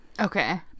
Okay